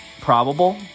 probable